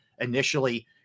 initially